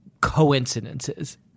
coincidences